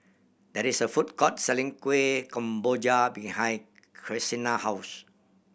there is a food court selling Kueh Kemboja behind house